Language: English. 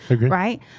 right